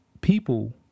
people